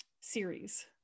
series